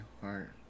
heart